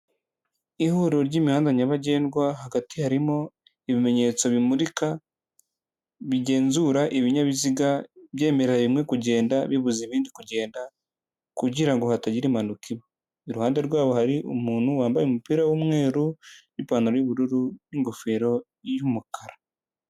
Ihuriro ry'imihanda nyabagendwa, hagati harimo ibimenyetso bimurika bigenzura ibinyabiziga, byemerera bimwe kugenda bibuza ibindi kugenda kugira ngo hatagira impanuka iba, iruhande rwabo hari umuntu wambaye umupira w'umweru n'ipantaro y'ubururu n'ingofero y'umukara.